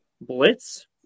Blitz